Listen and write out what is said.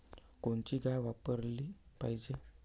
कोनची गाय वापराली पाहिजे?